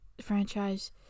franchise